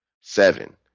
Seven